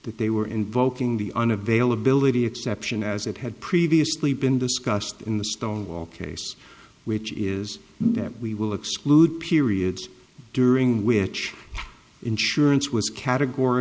that they were invoking the un availability exception as it had previously been discussed in the stonewall case which is that we will exclude periods during which insurance was categor